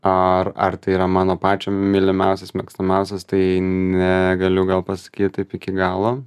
ar ar tai yra mano pačio mylimiausias mėgstamiausias tai negaliu gal pasakyt taip iki galo